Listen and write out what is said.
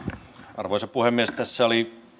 arvoisa puhemies tässä oli